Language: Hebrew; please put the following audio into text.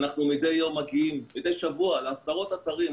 מדי שבוע אנחנו מגיעים לעשרות אתרים.